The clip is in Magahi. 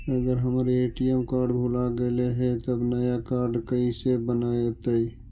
अगर हमर ए.टी.एम कार्ड भुला गैलै हे तब नया काड कइसे बनतै?